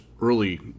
early